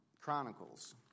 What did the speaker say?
Chronicles